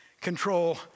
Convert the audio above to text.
control